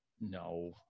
No